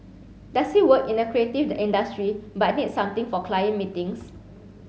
does he work in a creative industry but needs something for client meetings